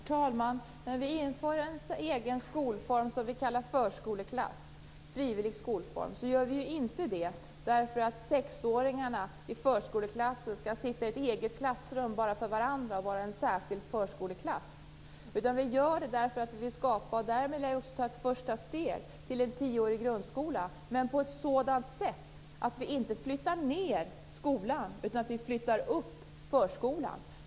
Herr talman! När vi inför en egen frivillig skolform som vi kallar förskoleklass gör vi det inte därför att sexåringarna i förskoleklassen skall sitta i ett eget klassrum med varandra och utgöra en särskild förskoleklass. Vi gör det därför att vi vill skapa en tioårig grundskola, och därmed tar vi ett första steg mot det. Vi gör det på ett sådan sätt att vi inte flyttar ned skolan utan flyttar upp förskolan.